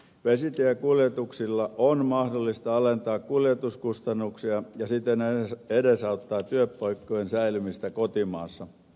vesitiekuljetuksilla on mahdollista alentaa kuljetuskustannuksia ja siten edesauttaa työpaikkojen säilymistä kotimaassa